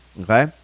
okay